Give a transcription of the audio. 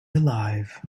alive